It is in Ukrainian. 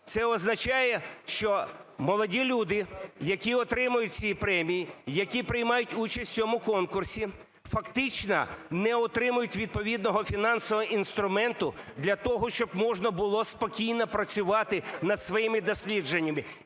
Це означає, що молоді люди, які отримують ці премії, які приймають участь в цьому конкурсі, фактично не отримують відповідного фінансового інструменту для того, щоб можна було спокійно працювати над своїми дослідженнями,